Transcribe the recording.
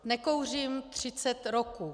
Nekouřím 30 roků.